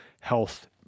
health